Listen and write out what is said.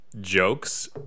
jokes